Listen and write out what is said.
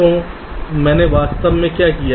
तो मैंने वास्तव में क्या किया है